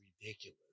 ridiculous